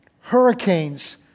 hurricanes